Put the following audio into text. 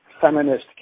feminist